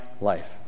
life